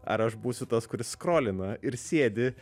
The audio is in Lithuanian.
ar aš būsiu tas kuris skrolina ir sėdi